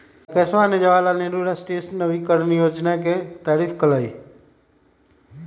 राकेशवा ने जवाहर लाल नेहरू राष्ट्रीय शहरी नवीकरण योजना के तारीफ कईलय